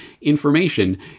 information